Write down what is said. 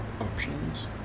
options